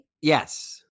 yes